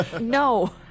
no